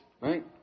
right